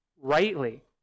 rightly